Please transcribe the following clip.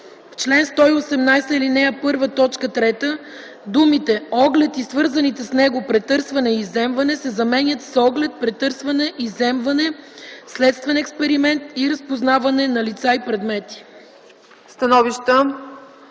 В чл. 118, ал. 1, т. 3 думите „оглед и свързаните с него претърсване и изземване” се заменят с „оглед, претърсване, изземване, следствен експеримент и разпознаване на лица и предмети”.”